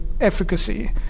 efficacy